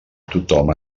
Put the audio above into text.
tothom